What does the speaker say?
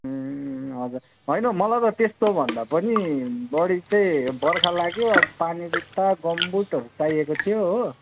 हजुर होइन मलाई त त्यस्तो भन्दा पनि बढी चाहिँ बर्खा लाग्यो अब पानी जुत्ता गमबुटहरू चाहिएको थियो हो